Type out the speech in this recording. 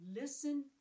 listen